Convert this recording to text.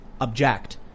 object